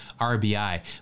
RBI